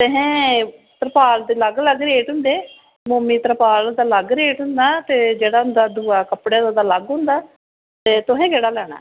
ऐहें तिरपाल दे अलग अलग रेट होंदे मोमी तिरपाल दा अलग रेट होंदा होर कपड़े दा अलग रेट होंदा ते तुसें केह्ड़ा लैना ऐ